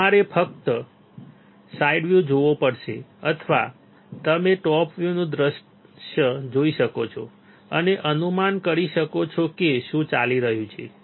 તમારે ફક્ત side view જોવો પડશે અથવા તમે ટોપનું દૃશ્ય જોઈ શકો છો અને અનુમાન કરી શકો છો કે શું ચાલી રહ્યું છે